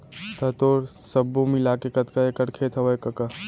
त तोर सब्बो मिलाके कतका एकड़ खेत हवय कका?